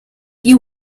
you